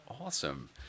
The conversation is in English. Awesome